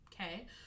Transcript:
Okay